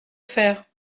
faire